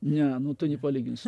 ne nu tai nepalyginsi